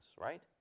right